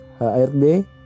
HRD